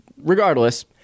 Regardless